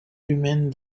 humaines